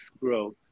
growth